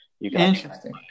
Interesting